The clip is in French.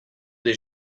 des